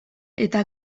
eta